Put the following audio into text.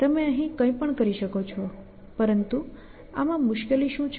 તમે અહીં કંઇપણ કરી શકો છો પરંતુ આમાં મુશ્કેલી શું છે